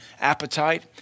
appetite